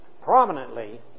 prominently